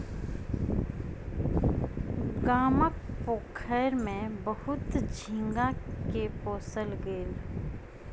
गामक पोखैर में बहुत झींगा के पोसल गेल